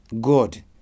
God